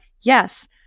yes